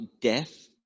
death